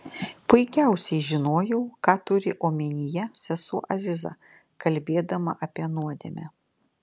puikiausiai žinojau ką turi omenyje sesuo aziza kalbėdama apie nuodėmę